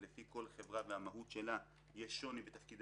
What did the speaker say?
לכל הגופים הנוספים שמצטרפים